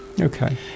Okay